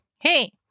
Hey